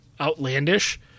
outlandish